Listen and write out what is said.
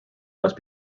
must